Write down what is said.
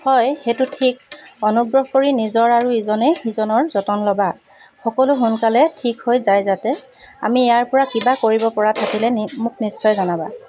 হয় সেইটো ঠিক অনুগ্ৰহ কৰি নিজৰ আৰু ইজনে সিজনৰ যতন ল'বা সকলো সোনকালে ঠিক হৈ যায় যাতে আমি ইয়াৰ পৰা কিবা কৰিব পৰা থাকিলে মোক নিশ্চয় জনাবা